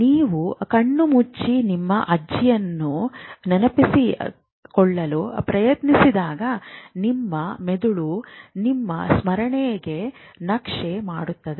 ನೀವು ಕಣ್ಣು ಮುಚ್ಚಿ ನಿಮ್ಮ ಅಜ್ಜಿಯನ್ನು ನೆನಪಿಟ್ಟುಕೊಳ್ಳಲು ಪ್ರಯತ್ನಿಸಿದಾಗ ನಿಮ್ಮ ಮೆದುಳು ನಿಮ್ಮ ಸ್ಮರಣೆಗೆ ನಕ್ಷೆ ಮಾಡುತ್ತದೆ